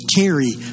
carry